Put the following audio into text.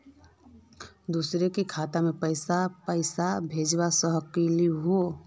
दुसरे खाता मैं पैसा भेज सकलीवह?